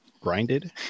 grinded